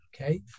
okay